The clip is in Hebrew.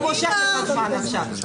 הוא מושך את הזמן עכשיו.